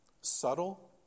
subtle